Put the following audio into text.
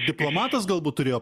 diplomatas galbūt turėjo